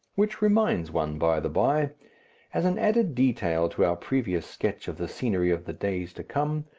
which reminds one, by-the-by, as an added detail to our previous sketch of the scenery of the days to come,